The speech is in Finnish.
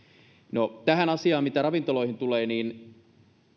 no tähän asiaan mitä ravintoloihin tulee